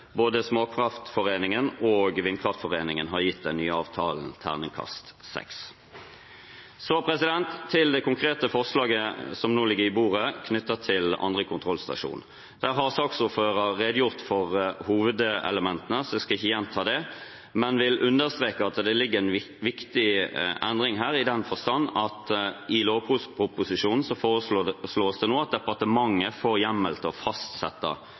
Både Småkraftforeninga og Vindkraftforeningen har gitt den nye avtalen terningkast seks. Så til det konkrete forslaget som nå ligger på bordet, knyttet til andre kontrollstasjon. Der har saksordføreren redegjort for hovedelementene, så jeg skal ikke gjenta det, men vil understreke at det ligger en viktig endring her, i den forstand at i lovproposisjonen foreslås det nå at departementet får hjemmel til å fastsette